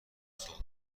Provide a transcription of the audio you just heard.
سوق